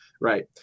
right